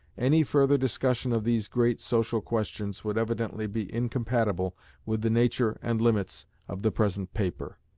any further discussion of these great social questions would evidently be incompatible with the nature and limits of the present paper.